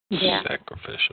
Sacrificial